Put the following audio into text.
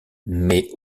mais